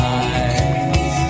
eyes